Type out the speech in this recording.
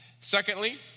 Secondly